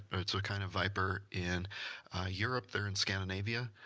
it's a kind of viper in europe. they're in scandinavia,